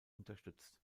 unterstützt